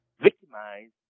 victimized